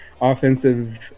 offensive